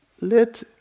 let